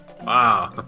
Wow